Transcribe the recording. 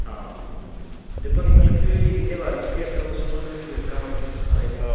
ആ ഇതിപ്പോൾ നിങ്ങൾക്ക് ഇതിൻ്റെ വർക്ക് ഇപ്പോൾ എത്ര ദിവസം കൊണ്ട് തീർക്കാൻ പറ്റും അതായത്